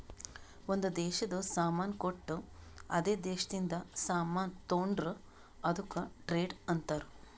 ಒಂದ್ ದೇಶದು ಸಾಮಾನ್ ಕೊಟ್ಟು ಅದೇ ದೇಶದಿಂದ ಸಾಮಾನ್ ತೊಂಡುರ್ ಅದುಕ್ಕ ಟ್ರೇಡ್ ಅಂತಾರ್